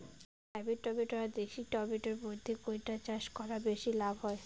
Hybrid tomato আর দেশি tomato এর মইধ্যে কোনটা চাষ করা বেশি লাভ হয়?